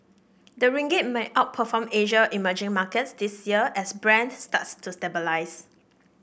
the ringgit may outperform Asia emerging markets this year as Brent starts to stabilise